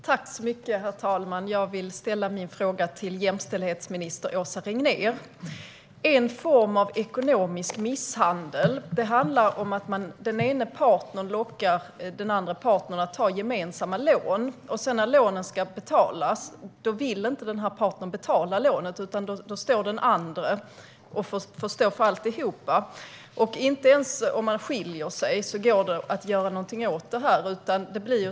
Herr talman! Jag vill ställa min fråga till jämställdhetsminister Åsa Regnér. En form av ekonomisk misshandel handlar om att den ena partnern lockar den andra partnern att ta gemensamma lån. När lånen ska betalas vill inte partnern betala lånet. Då får den andra stå för allt. Inte ens om man skiljer sig går det att göra något åt problemet.